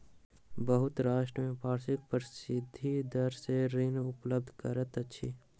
बहुत राष्ट्र में वार्षिक फीसदी दर सॅ ऋण उपलब्ध करैत अछि